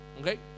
Okay